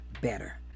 better